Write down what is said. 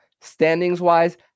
Standings-wise